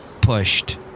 pushed